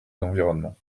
l’environnement